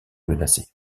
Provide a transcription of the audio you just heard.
menacée